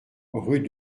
rue